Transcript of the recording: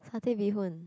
satay bee-hoon